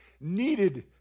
needed